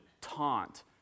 taunt